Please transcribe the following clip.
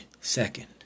second